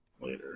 later